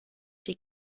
die